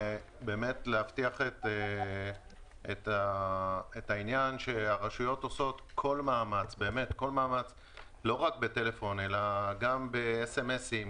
להבטיח את העניין שהרשויות עושות כל מאמץ לא רק בטלפון אלא גם במסרונים,